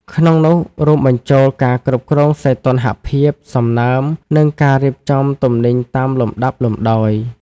ក្នុងនោះ រួមបញ្ចូលការគ្រប់គ្រងសីតុណ្ហភាព សំណើម ឬការរៀបចំទំនិញតាមលំដាប់លំដោយ។